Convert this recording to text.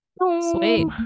Sweet